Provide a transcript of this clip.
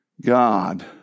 God